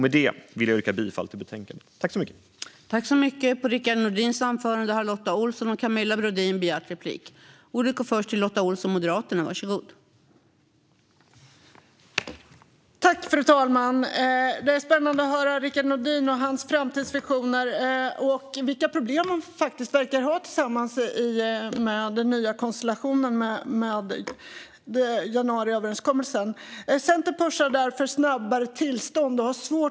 Med detta vill jag yrka bifall till utskottets förslag i betänkandet.